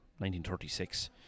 1936